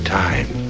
time